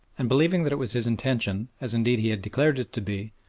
and believing that it was his intention, as indeed he had declared it to be,